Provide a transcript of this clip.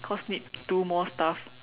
cause need to do more stuff